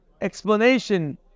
explanation